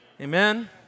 Amen